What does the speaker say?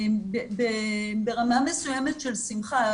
ברמה מסוימת של שמחה,